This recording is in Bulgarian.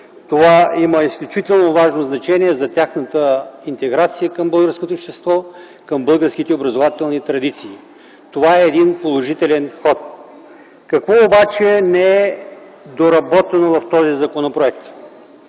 Това има изключително важно значение за тяхната интеграция към българското общество, към българските образователни традиции. Това е един положителен ход. Какво не е доработено в този законопроект?